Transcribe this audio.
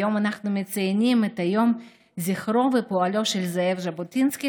היום אנחנו מציינים את יום זכרו ופועלו של זאב ז'בוטינסקי,